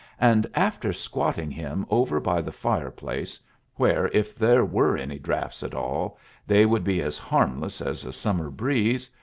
and, after squatting him over by the fireplace where if there were any drafts at all they would be as harmless as a summer breeze,